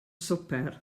swper